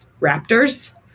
raptors